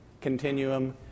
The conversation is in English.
continuum